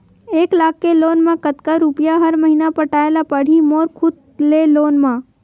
एक लाख के लोन मा कतका रुपिया हर महीना पटाय ला पढ़ही मोर खुद ले लोन मा?